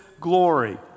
glory